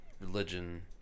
religion